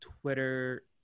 Twitter